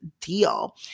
deal